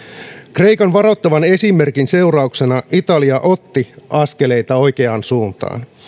kreikan varoittavan esimerkin seurauksena italia otti askeleita oikeaan suuntaan